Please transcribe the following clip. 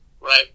right